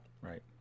Right